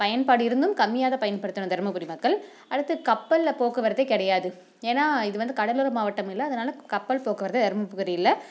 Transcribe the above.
பயன்பாடு இருந்தும் கம்மியாக தான் பயன்படுத்துகிறோம் தருமபுரி மக்கள் அடுத்து கப்பலில் போக்குவரத்தே கிடையாது ஏன்னால் இது வந்து கடலோர மாவட்டம் இல்லை அதனால் கப்பல் போக்குவரத்து தருமபுரியில்